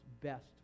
best